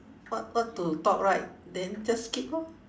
what what to talk right then just skip lor